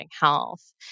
health